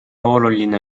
oluline